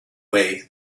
way